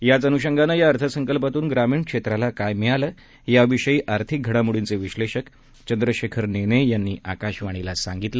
याच अनुषंगानं या अर्थसंकल्पातून ग्रामीण क्षेत्राला काय मिळालं याविषयी आर्थिक घडामोडींचे विश्नेषक चंद्रशेखर नेने यांनी आकाशवाणीला सांगितलं